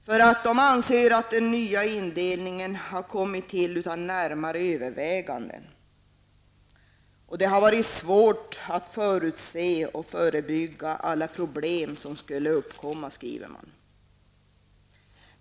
Man anser att den nya indelningen har tillkommit utan närmare överväganden. Det har varit svårt att förutse och förebygga alla problem som skulle uppkomma, skriver man.